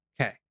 Okay